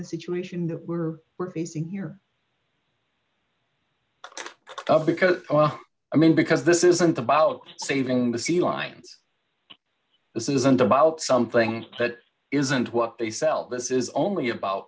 the situation we're we're facing here because i mean because this isn't about saving the sea lions this isn't about something that isn't what they sell this is only about